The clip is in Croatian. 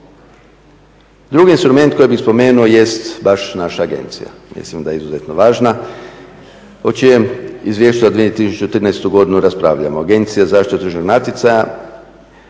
Drugi instrument koji bih spomenuo jest baš naša agencija. Mislim da je izuzetno važna o čijem izvješću za 2013. godinu raspravljamo. Agencija za zaštitu državnog